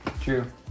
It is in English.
True